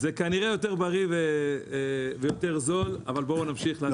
זה כנראה יותר בריא ויותר זול, אבל בואו נמשיך.